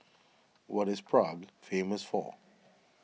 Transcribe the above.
what is Prague famous for